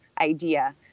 idea